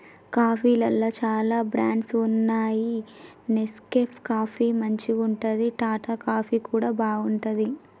కాఫీలల్ల చాల బ్రాండ్స్ వున్నాయి నెస్కేఫ్ కాఫీ మంచిగుంటది, టాటా కాఫీ కూడా బాగుంటది